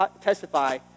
testify